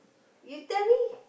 you tell me